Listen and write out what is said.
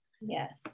Yes